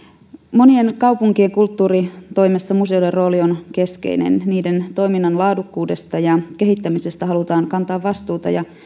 monien kaupunkien kulttuuritoimessa museoiden rooli on keskeinen niiden toiminnan laadukkuudesta ja kehittämisestä halutaan kantaa vastuuta ja